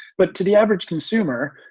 but to the average consumer,